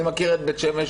אני מכיר את בית שמש,